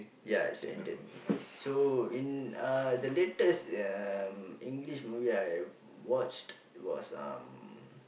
yeah it's Indian movie so in uh the latest um English movie I've watched was um